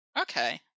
Okay